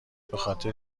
بخاطر